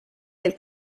del